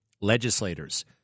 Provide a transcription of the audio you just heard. Legislators